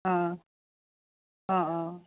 অ অ অ